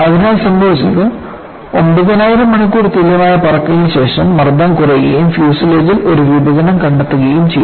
അതിനാൽ സംഭവിച്ചത് 9000 മണിക്കൂർ തുല്യമായ പറക്കലിനുശേഷം മർദ്ദം കുറയുകയും ഫ്യൂസ്ലേജിൽ ഒരു വിഭജനം കണ്ടെത്തുകയും ചെയ്തു